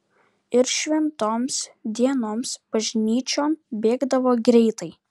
ir šventoms dienoms bažnyčion bėgdavo greitai